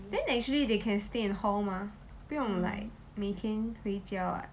then actually they can stay in hall mah 不用 like 每天回家 [what]